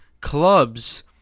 clubs